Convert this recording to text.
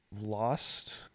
lost